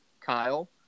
Kyle